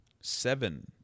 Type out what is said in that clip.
Seven